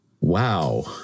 Wow